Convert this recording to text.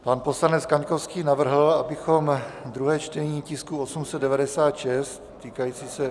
Pan poslanec Kaňkovský navrhl, abychom druhé čtení tisku 896 týkající se...